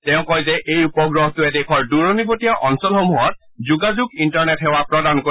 তেওঁ কয় যে এই উপগ্ৰহটোৱে দেশৰ দূৰণিবতিয়া অঞ্চলসমূহত যোগাযোগ ইণ্টাৰনেট সেৱা প্ৰদান কৰিব